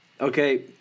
okay